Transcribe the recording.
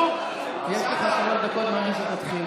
יש לך שלוש דקות מהרגע שתתחיל,